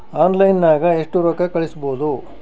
ಆನ್ಲೈನ್ನಾಗ ಎಷ್ಟು ರೊಕ್ಕ ಕಳಿಸ್ಬೋದು